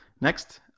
Next